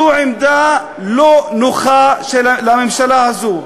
זו עמדה לא נוחה לממשלה הזאת,